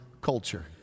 culture